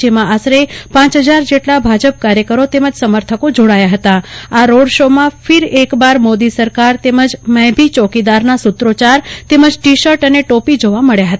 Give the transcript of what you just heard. જેમાં આશરે પાંચ ફજાર જેટલા ભાજપ કાર્યકરો તેમજ સમર્થકો જોડાયા આ રોડ શો માં ફીર એકબાર મોદી સરકાર તેમજ મૈ ભી ચોકીદાર નાં સુત્રોચાર તેમજ ટી શર્ટ અને ટોપી જોવા મબ્યા હતા